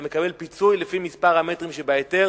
אתה מקבל פיצוי לפי מספר המטרים שבהיתר,